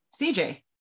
cj